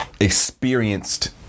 experienced